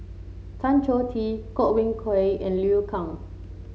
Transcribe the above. Tan Choh Tee Godwin Koay and Liu Kang